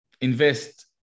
invest